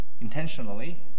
intentionally